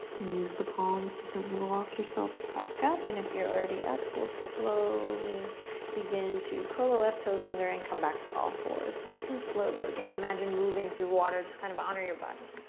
use the palms to gently walk yourself back up and if you're already up, we'll slowly begin to curl the left toes under and come back to all fours. nice and slow, though. again, imagine moving through water, just kind of honor your body.